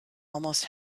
almost